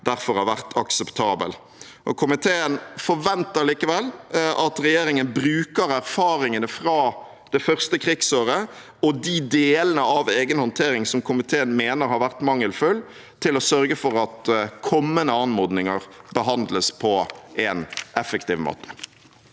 derfor har vært akseptabel. Komiteen forventer likevel at regjeringen bruker erfaringene fra det første krigsåret og de delene av egen håndtering som komiteen mener har vært mangelfull, til å sørge for at kommende anmodninger behandles på en effektiv måte.